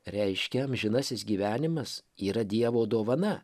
reiškia amžinasis gyvenimas yra dievo dovana